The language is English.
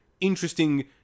interesting